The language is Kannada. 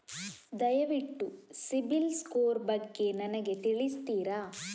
ದಯವಿಟ್ಟು ಸಿಬಿಲ್ ಸ್ಕೋರ್ ಬಗ್ಗೆ ನನಗೆ ತಿಳಿಸ್ತಿರಾ?